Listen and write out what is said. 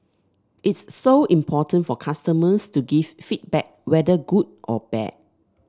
it's so important for customers to give feedback whether good or bad